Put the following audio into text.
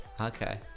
Okay